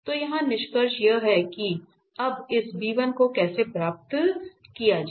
तो यहाँ निष्कर्ष यह है कि अब इस को कैसे प्राप्त किया जाए